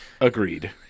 Agreed